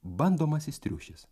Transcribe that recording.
bandomasis triušis